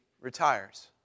retires